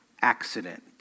accident